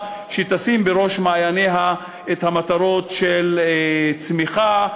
שתשים בראש מעייניה את המטרות של הצמיחה,